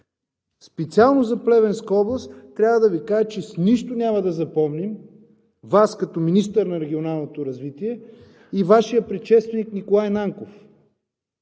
Специално за Плевенска област трябва да Ви кажа, че с нищо няма да запомним Вас като министър на регионалното развитие и Вашия предшественик Николай Нанков.